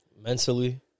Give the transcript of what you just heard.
mentally